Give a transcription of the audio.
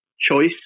choice